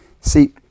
See